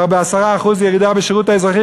ו-10% ירידה בשירות האזרחי,